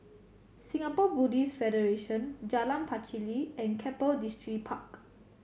Singapore Buddhist Federation Jalan Pacheli and Keppel Distripark